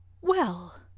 Well